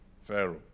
Pharaoh